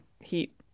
heat